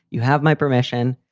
you have my permission.